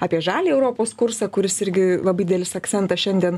apie žaliąjį europos kursą kuris irgi labai didelis akcentas šiandien